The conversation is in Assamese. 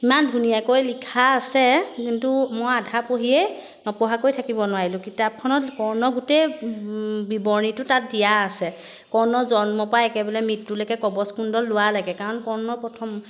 ইমান ধুনীয়াকৈ লিখা আছে কিন্তু মই আধা পঢ়িয়েই নপঢ়াকৈ থাকিব নোৱাৰিলোঁ কিতাপখনত কৰ্ণ গোটেই বিৱৰণিটো তাত দিয়া আছে কৰ্ণ জন্ম পা একেবাৰে মৃত্যু লৈকে কবচুন্দল লোৱা লাগে কাৰণ কৰ্ণ প্ৰথম